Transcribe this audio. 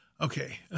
okay